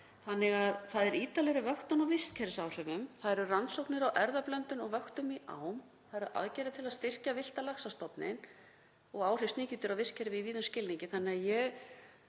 Þannig að það er ítarlegri vöktun á vistkerfisáhrifum, það eru rannsóknir á erfðablöndun og vöktun í ám, það eru aðgerðir til að styrkja villta laxastofninn og fyrir áhrifum sníkjudýra á vistkerfi í víðum skilningi.